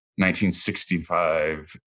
1965